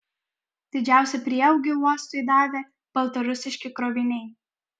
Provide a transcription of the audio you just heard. didžiausią prieaugį uostui davė baltarusiški kroviniai